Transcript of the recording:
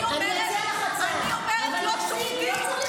אני אומרת: לא שופטים.